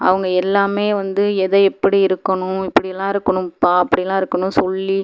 அவங்க எல்லாமே வந்து எதை எப்படி இருக்கணும் இப்படியெல்லாம் இருக்கணும்ப்பா அப்படியெல்லாம் இருக்கணும் சொல்லி